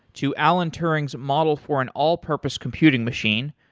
to alan turing's model for an all-purpose computing machine,